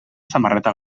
samarreta